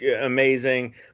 amazing